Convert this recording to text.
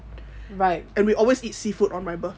right and we always eat seafood on my birthday so